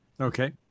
Okay